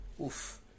oof